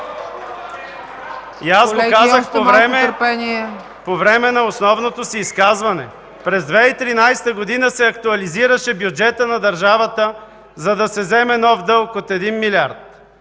Казах Ви по време на основното си изказване – през 2013 г. се актуализираше бюджетът на държавата, за да се вземе нов дълг от 1 милиард.